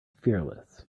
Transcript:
fearless